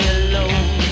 alone